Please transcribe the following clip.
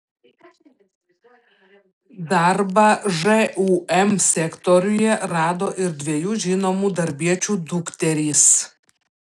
darbą žūm sektoriuje rado ir dviejų žinomų darbiečių dukterys